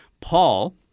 Paul